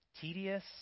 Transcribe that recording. tedious